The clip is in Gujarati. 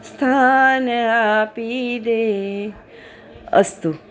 અસ્તુ